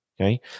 Okay